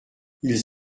ils